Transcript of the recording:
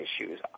issues